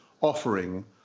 offering